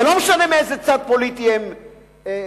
ולא משנה מאיזה צד פוליטי הם נמצאים,